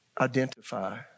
identify